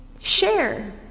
Share